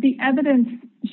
the evidence